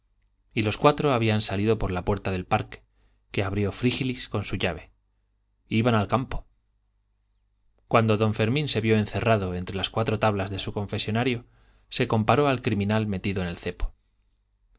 y los cuatro habían salido por la puerta del parque que abrió frígilis con su llave iban al campo cuando don fermín se vio encerrado entre las cuatro tablas de su confesonario se comparó al criminal metido en el cepo